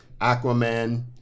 aquaman